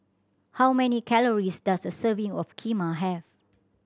how many calories does a serving of Kheema have